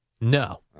No